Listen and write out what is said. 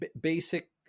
basic